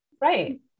Right